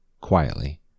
quietly